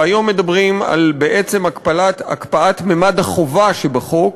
והיום מדברים בעצם על הקפאת ממד החובה שבחוק